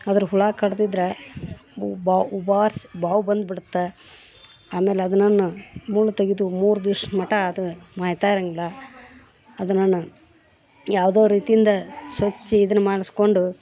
ಅದರ ಹುಳು ಕಡ್ದಿದ್ರೆ ಉಬಾ ಉಬಾರ್ಸ್ ಬಾವು ಬಂದು ಬಿಡ್ತಾ ಆಮೇಲೆ ಅದನ ಮುಳ್ಳು ತೆಗೆದು ಮೂರು ದಿವ್ಸ ಮಟಾ ಅದು ಮಾಯ್ತಾರಂಗಿಲ್ಲ ಅದನ್ನ ಯಾವುದೋ ರೀತಿಯಿಂದ ಸ್ವಚ್ಚ ಇದನ್ನು ಮಾಡಿಸ್ಕೊಂಡು